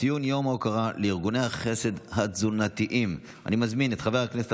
ציון יום ההוקרה לארגוני החסד המחלקים מזון.